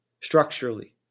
structurally